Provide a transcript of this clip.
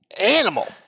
animal